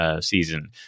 season